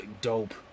Dope